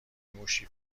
موشی